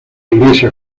iglesia